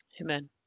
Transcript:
Amen